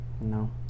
No